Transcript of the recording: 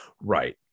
Right